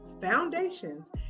foundations